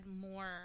more